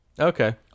Okay